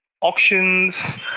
auctions